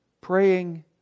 praying